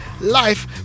Life